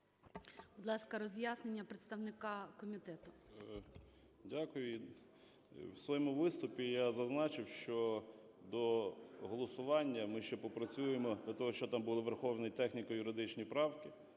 Будь ласка, роз'яснення представника комітету. 13:05:33 БУРБАК М.Ю. Дякую. В своєму виступі я зазначив, що до голосування ми ще попрацюємо, до того, що там були враховані техніко-юридичні правки,